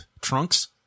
trunks